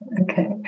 Okay